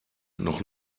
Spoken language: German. noch